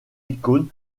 icônes